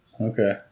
Okay